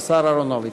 השר אהרונוביץ.